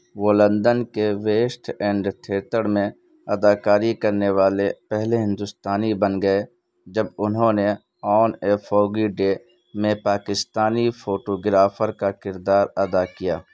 وہ لندن کے West End theatre میں اداکاری کرنے والے پہلے ہندوستانی بن گئے جب انہوں نے آن اے فوگی ڈے میں پاکستانی فوٹوگرافر کا کردار ادا کیا